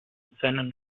seinen